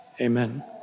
Amen